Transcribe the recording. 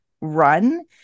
run